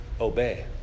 obey